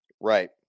Right